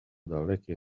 dalekie